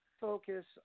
focus